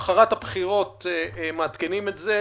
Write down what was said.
למוחרת הבחירות מעדכנים את זה,